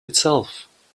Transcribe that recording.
itself